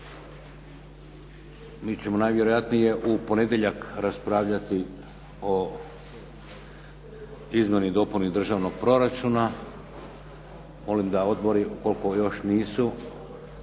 Mi ćemo najvjerojatnije u ponedjeljak raspravljati o Izmjeni i dopuni državnog proračuna. Molim da odbori ukoliko još nisu,